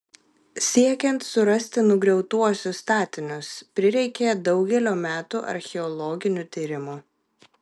siekiant surasti nugriautuosius statinius prireikė daugelio metų archeologinių tyrimų